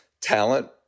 talent